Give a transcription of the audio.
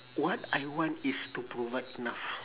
what I want is to provide enough